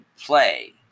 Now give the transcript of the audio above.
play